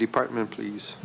department please